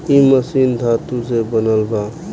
इ मशीन धातु से बनल बा